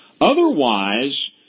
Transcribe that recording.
Otherwise